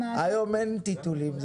היום אין טיטולים.